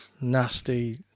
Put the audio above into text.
nasty